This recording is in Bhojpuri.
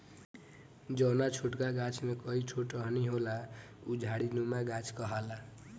जौना छोटका गाछ में कई ठो टहनी होला उ झाड़ीनुमा गाछ कहाला